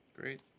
Great